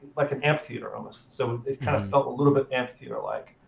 like an amphitheater almost. so it kind of felt a little bit amphitheater-like.